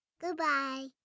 Goodbye